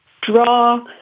draw